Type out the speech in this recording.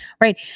right